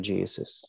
Jesus